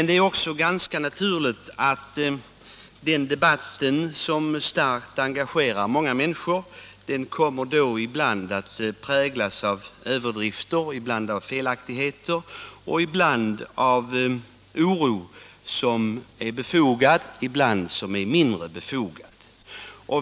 Det är ganska naturligt att denna debatt, som starkt har engagerat många människor, också har innehållit överdrifter och felaktigheter och har präglats av en oro som ibland har varit befogad och ibland mindre befogad.